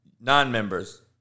non-members